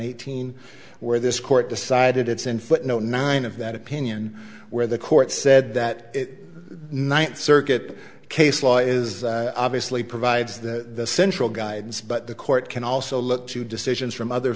eighteen where this court decided it's in footnote nine of that opinion where the court said that the ninth circuit case law is obviously provides the central guidance but the court can also look to decisions from other